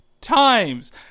times